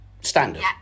Standard